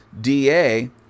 DA